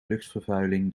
luchtvervuiling